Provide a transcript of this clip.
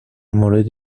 مورد